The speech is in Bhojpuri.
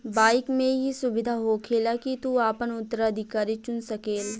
बाइक मे ई सुविधा होखेला की तू आपन उत्तराधिकारी चुन सकेल